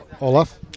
Olaf